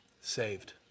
Saved